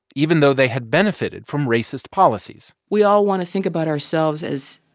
even though they had benefited from racist policies we all want to think about ourselves as,